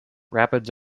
rapids